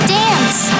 dance